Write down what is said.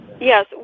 Yes